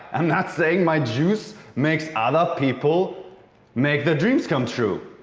i'm not saying my juice makes other people make their dreams come true.